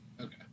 Okay